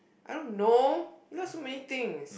I don't know because so many things